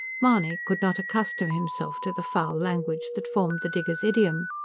mahony could not accustom him self to the foul language that formed the diggers' idiom.